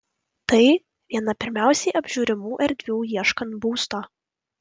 tai viena pirmiausiai apžiūrimų erdvių ieškant būsto